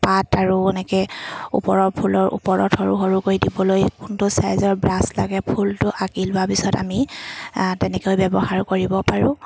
পাত আৰু এনেকৈ ওপৰৰ ফুলৰ ওপৰত সৰু সৰুকৈ দিবলৈ কোনটো চাইজৰ ব্ৰাছ লাগে ফুলটো আঁকি লোৱাৰ পিছত আমি তেনেকৈ ব্যৱহাৰ কৰিব পাৰোঁ